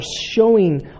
showing